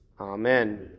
Amen